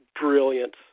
brilliant